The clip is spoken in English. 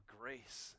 grace